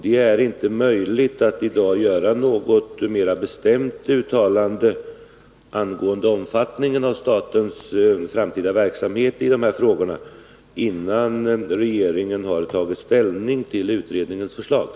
Det är i dag omöjligt att göra något mer bestämt uttalande angående omfattningen av statens framtida verksamhet på det här området innan regeringen tagit ställning till utredningsförslaget.